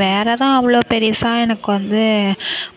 வேறு தான் அவ்வளோ பெரியசாக எனக்கு வந்து